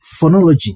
phonology